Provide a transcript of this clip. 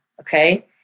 okay